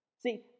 See